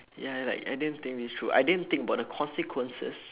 ya like I didn't think this through I didn't think about the consequences